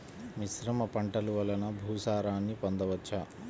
మిశ్రమ పంటలు వలన భూసారాన్ని పొందవచ్చా?